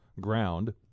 ground